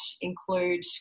include